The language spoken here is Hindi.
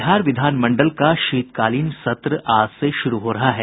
बिहार विधानमंडल का शीतकालीन सत्र आज से शुरू हो रहा है